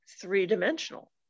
three-dimensional